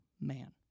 man